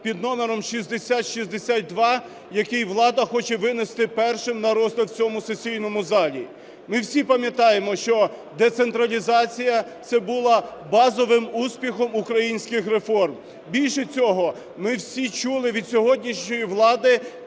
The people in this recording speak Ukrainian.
під номером 6062, який влада хоче винести першим на розгляд в цьому сесійному залі. Ми всі пам'ятаємо, що децентралізація – це було базовим успіхом українських реформ. Більше того, ми всі чули від сьогоднішньої влади